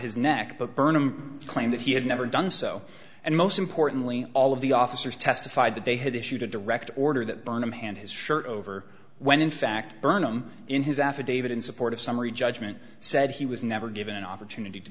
his neck but burnham claimed that he had never done so and most importantly all of the officers testified that they had issued a direct order that burnam hand his shirt over when in fact burnham in his affidavit in support of summary judgment said he was never given an opportunity to